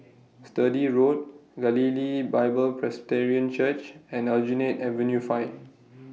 Sturdee Road Galilee Bible Presbyterian Church and Aljunied Avenue five